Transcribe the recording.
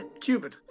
Cuban